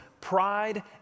pride